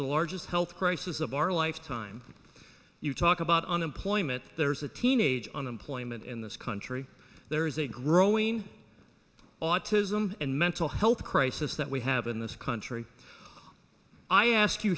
the largest health crisis of our lifetime you talk about unemployment there's a teenage unemployment in this country there is a growing autism and mental health crisis that we have in this country i ask you